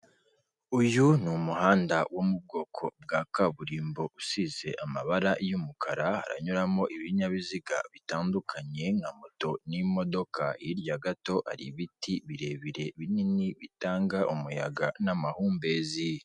Uyu ni umuhanda wo mu bwoko bwa kaburimbo usize amabara y'umukara, haranyuramo ibinyabiziga bitandukanye nka moto n'imodoka, hirya gato ari ibiti birebire binini bitanga umuyaga n'amahumbezi.